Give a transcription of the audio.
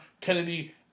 Kennedy